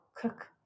cook